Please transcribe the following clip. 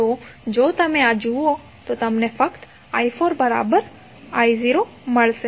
તો જો તમે આ જુઓ તો તમને ફક્ત i4 I0મળશે